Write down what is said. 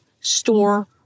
store